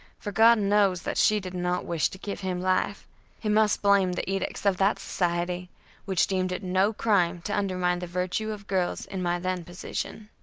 for god knows that she did not wish to give him life he must blame the edicts of that society which deemed it no crime to undermine the virtue of girls in my then position.